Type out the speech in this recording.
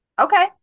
okay